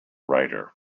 writer